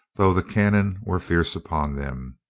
though the cannon were fierce upon them.